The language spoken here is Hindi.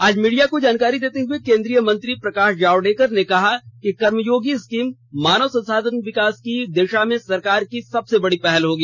आज मीडिया को जानकारी देते हुए केंद्रीय मंत्री प्रकाश जावडेकर ने कहा कि कर्मयोगी स्कीम मानव संसाधन विकास की दिशा में सरकार की सबसे बड़ी पहल होगी